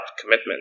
commitment